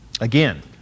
Again